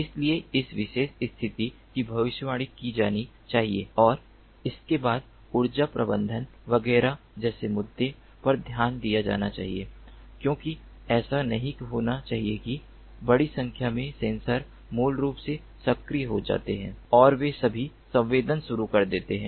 इसलिए इस विशेष स्थिति की भविष्यवाणी की जानी चाहिए और इसके बाद ऊर्जा प्रबंधन वगैरह जैसे मुद्दों पर ध्यान दिया जाना चाहिए क्योंकि ऐसा नहीं होना चाहिए कि बड़ी संख्या में सेंसर मूल रूप से सक्रिय हो जाते हैं और वे सभी संवेदन शुरू कर देते हैं